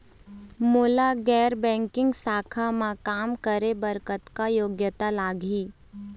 मोला गैर बैंकिंग शाखा मा काम करे बर कतक योग्यता लगही?